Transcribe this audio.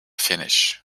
finish